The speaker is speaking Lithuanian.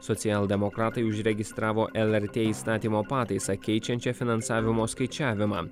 socialdemokratai užregistravo lrt įstatymo pataisą keičiančią finansavimo skaičiavimą